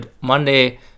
Monday